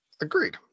Agreed